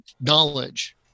knowledge